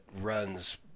runs